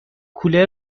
کولر